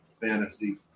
fantasy